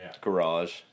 garage